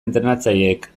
entrenatzaileek